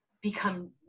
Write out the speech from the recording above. become